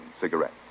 cigarettes